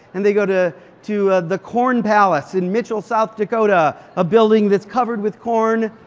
and they go to to the corn palace in mitchell, south dakota, a building that's covered with corn.